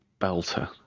belter